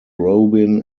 robin